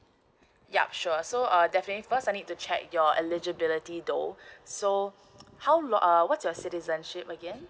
yup sure so uh definitely first I need to check your eligibility though so how lor uh what's your citizenship again